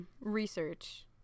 research